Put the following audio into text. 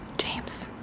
james